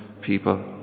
people